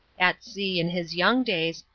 at sea, in his young days,